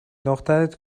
دخترت